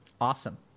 Awesome